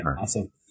awesome